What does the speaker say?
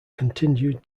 continued